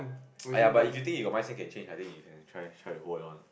!aiya! but if you think your mindset can change I think you can try try to hold her on